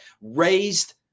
raised